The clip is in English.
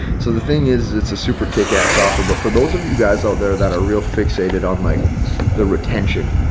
so the thing is, it's a super kick ass offer. but for those of you guys out there that are real fixated on like the retention